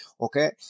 Okay